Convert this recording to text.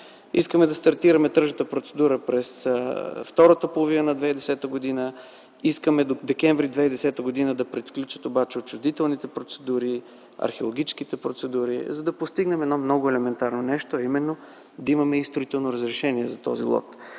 Искаме да стартираме тръжната процедура през втората половина на 2010 г. Искаме до месец декември 2010 г. да приключат отчуждителните и археологическите процедури, за да постигнем едно много елементарно нещо, а именно да имаме и строително разрешение за този лот.